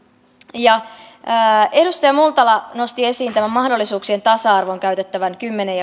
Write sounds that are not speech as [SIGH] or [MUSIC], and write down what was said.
edustaja multala nosti esiin mahdollisuuksien tasa arvoon käytettävän kymmenen [UNINTELLIGIBLE]